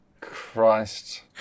Christ